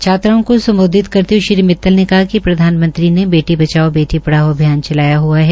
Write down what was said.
छात्राओं को सम्बोधित करते हये श्री मित्तल ने कहा कि प्रधानमंत्री ने बेटी बचाओ बेटी पढ़ाओ अभियान चलाया हआ है